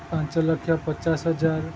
ପାଞ୍ଚ ଲକ୍ଷ ପଚାଶ ହଜାର